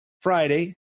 Friday